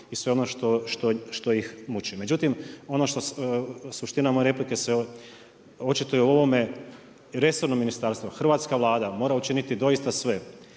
i sve ono što ih muči. Međutim, suština moja replike se očituje o ovome resorno ministarstvo, hrvatska Vlada mora učiniti doista sve